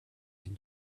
can